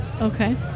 okay